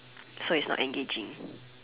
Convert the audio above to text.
so it's not engaging